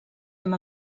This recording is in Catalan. amb